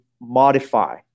modify